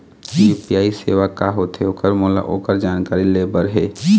UPI सेवा का होथे ओकर मोला ओकर जानकारी ले बर हे?